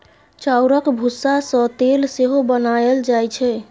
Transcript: चाउरक भुस्सा सँ तेल सेहो बनाएल जाइ छै